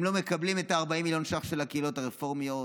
הם לא מקבלים את ה-40 מיליון שקלים של הקהילות הרפורמיות,